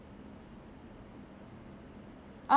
uh